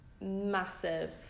massive